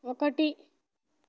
ఒకటి